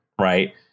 right